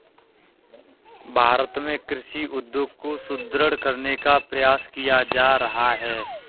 भारत में कृषि उद्योग को सुदृढ़ करने का प्रयास किया जा रहा है